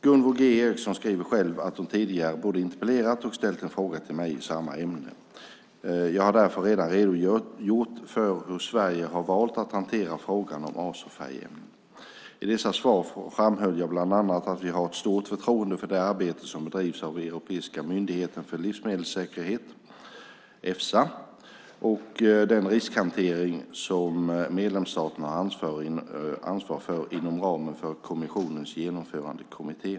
Gunvor G Ericson skriver att hon tidigare både interpellerat och ställt en skriftlig fråga till mig i samma ämne. Jag har därför redan redogjort för hur Sverige har valt att hantera frågan om azofärgämnen. I dessa svar framhöll jag bland annat att vi har ett stort förtroende för det arbete som bedrivs av Europeiska myndigheten för livsmedelssäkerhet, Efsa, och den riskhantering som medlemsstaterna har ansvar för inom ramen för kommissionens genomförandekommittéer.